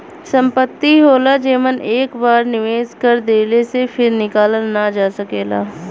संपत्ति होला जेमन एक बार निवेस कर देले से फिर निकालल ना जा सकेला